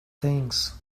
things